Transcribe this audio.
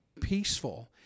peaceful